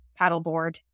paddleboard